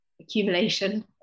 accumulation